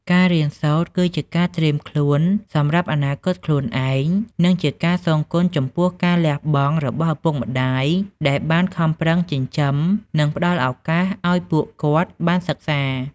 ការរៀនសូត្រគឺជាការត្រៀមខ្លួនសម្រាប់អនាគតខ្លួនឯង និងជាការសងគុណចំពោះការលះបង់របស់ឪពុកម្ដាយដែលបានខំប្រឹងចិញ្ចឹម និងផ្ដល់ឱកាសឲ្យពួកគាត់បានសិក្សា។